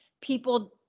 people